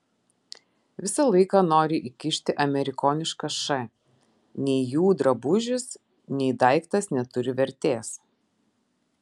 visą laiką nori įkišti amerikonišką š nei jų drabužis nei daiktas neturi vertės